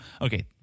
okay